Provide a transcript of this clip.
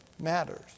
matters